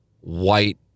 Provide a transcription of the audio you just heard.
white